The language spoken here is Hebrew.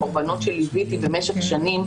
קרבנות שליוויתי במשך שנים,